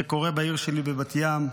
זה קורה בעיר שלי, בבת ים,